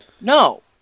No